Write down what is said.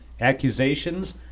accusations